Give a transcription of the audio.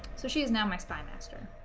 so she is now my spy master